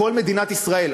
בכל מדינת ישראל,